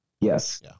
Yes